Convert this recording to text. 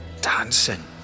Dancing